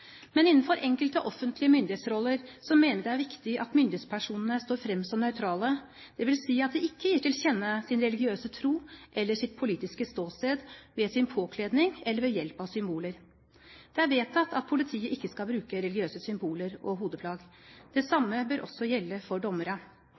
Men innenfor enkelte offentlige myndighetsroller mener vi det er viktig at myndighetspersonene står frem som nøytrale, dvs. at de ikke gir til kjenne sin religiøse tro eller sitt politiske ståsted ved sin påkledning eller ved hjelp av symboler. Det er vedtatt at politiet ikke skal bruke religiøse symboler og hodeplagg. Det